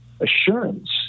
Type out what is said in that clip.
assurance